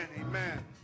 amen